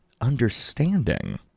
understanding